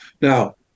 Now